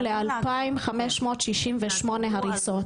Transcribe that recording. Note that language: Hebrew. ל-2,568 הריסות.